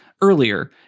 earlier